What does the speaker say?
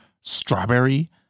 strawberry